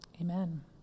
amen